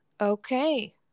Okay